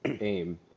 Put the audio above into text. AIM